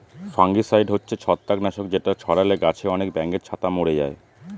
fungicide হচ্ছে ছত্রাক নাশক যেটা ছড়ালে গাছে আনেক ব্যাঙের ছাতা মোরে যায়